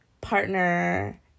partner